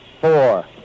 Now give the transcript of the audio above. four